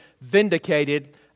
vindicated